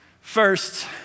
First